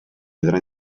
vedrà